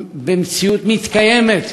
במציאות מתקיימת,